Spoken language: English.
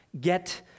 get